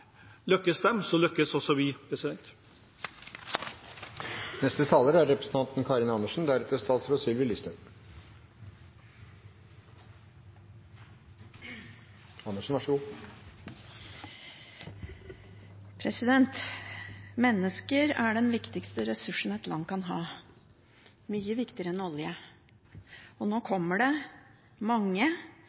lykkes også vi. Mennesker er den viktigste ressursen et land kan ha, mye viktigere enn olje. Nå kommer det mange